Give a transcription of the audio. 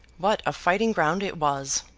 what a fighting-ground it was